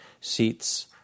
seats